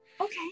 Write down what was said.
Okay